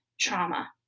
trauma